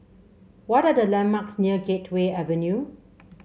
what are the landmarks near Gateway Avenue